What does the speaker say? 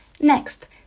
Next